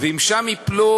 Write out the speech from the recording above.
ואם שם ייפלו,